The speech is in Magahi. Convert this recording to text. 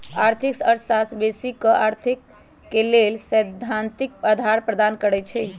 आर्थिक अर्थशास्त्र बेशी क अर्थ के लेल सैद्धांतिक अधार प्रदान करई छै